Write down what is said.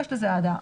יש לזה אהדה,